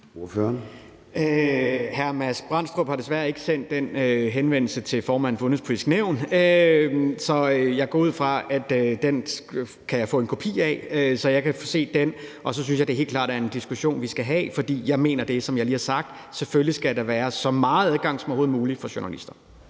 Hr. Mads Brandstrup har desværre ikke sendt den henvendelse til formanden for Det Udenrigspolitiske Nævn, så jeg går ud fra, at jeg kan få en kopi af den, så jeg kan se den. Så synes jeg også helt klart, det er en diskussion, vi skal have. For jeg mener det, som jeg også lige har sagt, altså at der selvfølgelig skal være så meget adgang for journalister